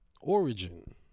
origin